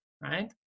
right